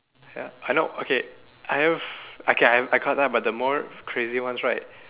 ya I know okay I have okay I I caught up about the more crazy ones right